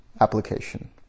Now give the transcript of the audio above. application